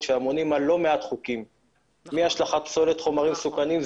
שאמונים על לא מעט חוקים מהשלכת פסולת חומרים מסוכנים,